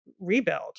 rebuild